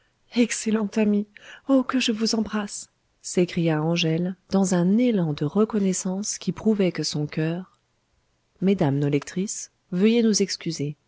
excellent ami oh que je vous embrasse s'écria angèle dans un élan de reconnaissance qui prouvait que son coeur